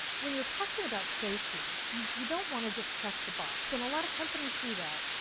when you're talking about safety, you don't want to just check the box. and a lot of companies do that.